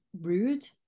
rude